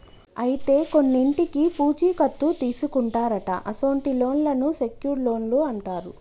అయితే కొన్నింటికి పూచీ కత్తు తీసుకుంటారట అసొంటి లోన్లను సెక్యూర్ట్ లోన్లు అంటారు